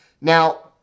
Now